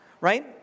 Right